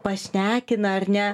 pašnekina ar ne